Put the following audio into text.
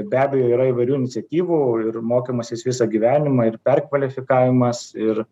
be abejo yra įvairių iniciatyvų ir mokymasis visą gyvenimą ir perkvalifikavimas ir